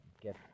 get